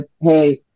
hey